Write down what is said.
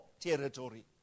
territory